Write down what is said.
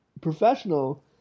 professional